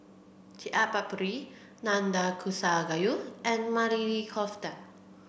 Chaat Papri Nanakusa Gayu and Maili Kofta